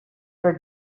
for